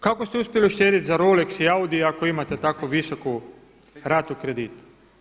Kako ste uspjeli uštedjeti za Rolex i Audi ako imate tako visoku ratu kredita?